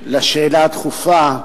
לשאלה הדחופה,